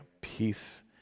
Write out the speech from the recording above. peace